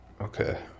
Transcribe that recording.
Okay